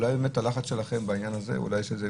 אולי באמת ללחץ שלכם בעניין הזה יש גם